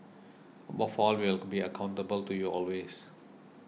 above all we will be accountable to you always